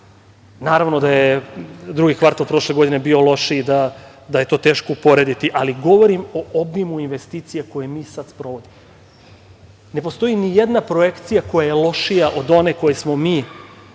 Naravno da je drugi kvartal prošle godine bio lošiji, da je to teško uporediti, ali govorim o obimu investicija koje mi sada sprovodimo. Ne postoji nijedna projekcija koja je lošija od one koju smo mi